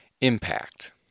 impact